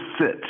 sit